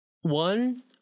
one